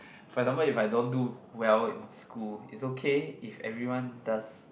for example if I don't do well in school it's okay if everyone does